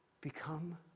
become